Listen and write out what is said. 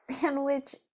Sandwich